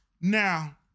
now